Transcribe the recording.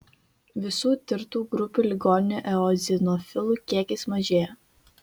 visų tirtų grupių ligonių eozinofilų kiekis mažėja